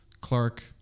Clark